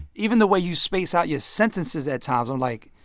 even the way you space out your sentences at times i'm like,